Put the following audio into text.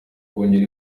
kongera